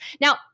Now